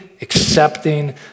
accepting